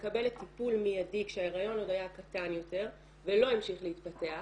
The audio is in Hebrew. מקבלת טיפול מיידי כשההריון עוד היה קטן יותר ולא המשיך להתפתח,